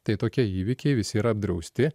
tai tokie įvykiai visi yra apdrausti